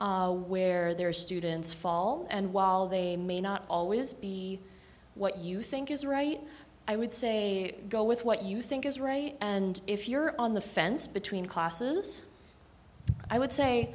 where their students fall and while they may not always be what you think is right i would say go with what you think is right and if you're on the fence between classes i would